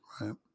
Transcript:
right